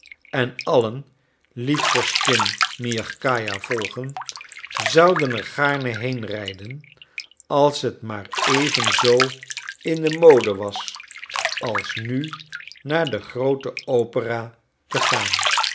en allen liet vorstin miagkaja volgen zouden er gaarne heenrijden als het maar even zoo in de mode was als nu naar de groote opera te gaan